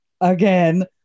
Again